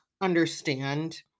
understand